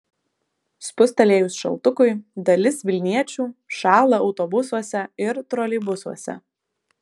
spustelėjus šaltukui dalis vilniečių šąla autobusuose ir troleibusuose